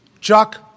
Chuck